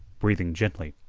breathing gently.